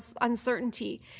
uncertainty